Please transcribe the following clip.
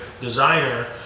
designer